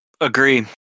agree